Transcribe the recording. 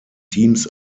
teams